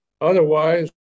Otherwise